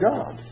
God